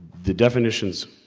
the definitions